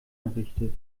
errichtet